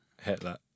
hitler